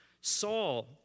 Saul